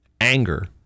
anger